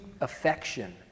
affection